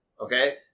okay